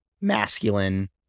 masculine